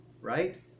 right